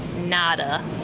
nada